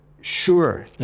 sure